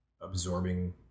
absorbing